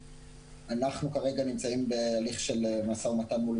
אנחנו כרגע נמצאים בהליך של משא ומתן מול